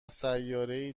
سیارههای